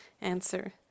Answer